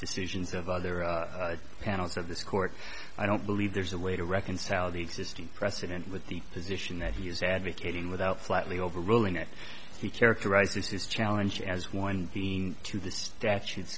decisions of other panels of this court i don't believe there's a way to reconcile the existing precedent with the position that he is advocating without flatly overruling that he characterizes his challenge as one being to the statutes